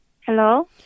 Hello